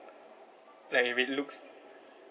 like it really looks